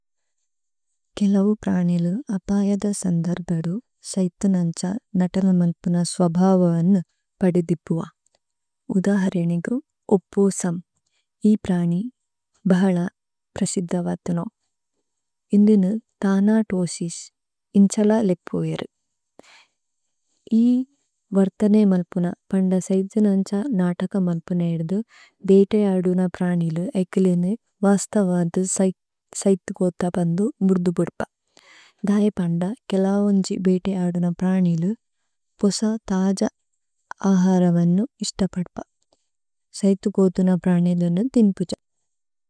ഖ଼േലൌ പ്രാണീലു അപായദ സന്ദര്ബേദു സൈഥിനന്ച നതന-മല്പുന സ്വഭാവ അനു പദിദിപുവ। ഊദാഹരിനി ഗു, ഈ പ്രാണീ ബഹല പ്രസിദ്ധ വാതനമ്। ഈന്ദിനു താനാതോസിസ് ഇന്ചല ലേപ്പുവേരു। ഈ വര്തനേ-മല്പുന, പണ്ഡ സൈഥിനന്ച നാതക-മല്പുന ഏദു, ഖ଼േലൌ പ്രാണീലു, ബേതേ ആദുന പ്രാണീലു ഏകിലുനു വാസ്തവാതു സൈഥു പോഥ പന്ദു മുര്ദു ബുദ്പ। ഢാഇ പണ്ഡ, കേലൌവന്ചി ബേതേ ആദുന പ്രാണീലു, പോസ താജ ആഹാരവനു ഇസ്തപത്പ। ഷൈഥു പോഥുന പ്രാണീലുന തിന്പുജ। ക്യ കേഹ് ര്ഹ ഹൈ।